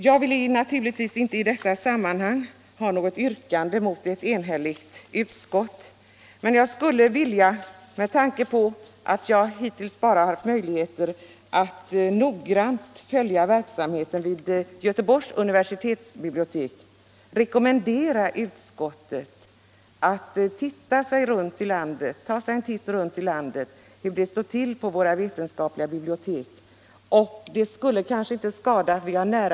Jag vill i detta sammanhang inte ställa något yrkande mot ett enigt utskott, men med tanke på att jag hittills bara haft möjlighet att noggrant följa verksamheten vid Göteborgs universitetsbibliotek skulle jag vilja rekommendera utskottet att ta sig en titt runt om i landet och se hur det står till på våra vetenskapliga bibliotek. Riksdagsbiblioteket ligger nära. Det skulle inte skada med ett besök där.